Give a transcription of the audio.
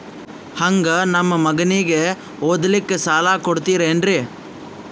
ಹಂಗ ನಮ್ಮ ಮಗನಿಗೆ ಓದಲಿಕ್ಕೆ ಸಾಲ ಕೊಡ್ತಿರೇನ್ರಿ?